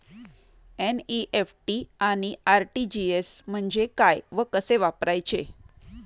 NEFT आणि RTGS म्हणजे काय व कसे वापरायचे?